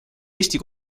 eesti